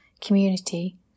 Community